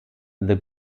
the